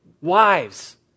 Wives